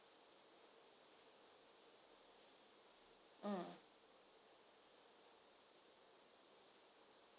mm